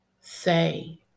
say